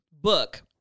book